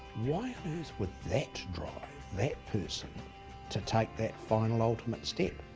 why on earth would that drive that person to take that final ultimate step?